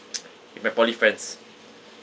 with my poly friends